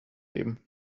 leben